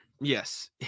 yes